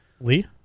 Lee